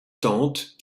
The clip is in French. tente